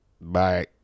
Bye